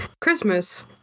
Christmas